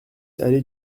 allée